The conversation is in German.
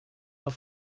auf